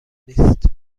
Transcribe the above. نیست